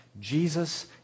Jesus